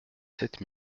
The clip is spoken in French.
sept